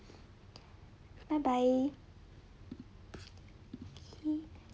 bye bye